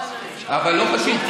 אבל לא חשוב.